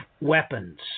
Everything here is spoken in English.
weapons